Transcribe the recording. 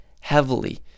Heavily